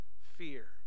fear